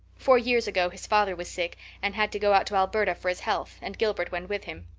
four years ago his father was sick and had to go out to alberta for his health and gilbert went with him.